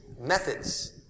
methods